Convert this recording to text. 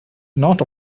not